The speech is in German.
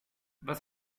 was